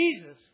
Jesus